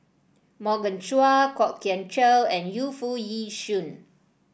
Morgan Chua Kwok Kian Chow and Yu Foo Yee Shoon